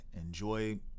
enjoy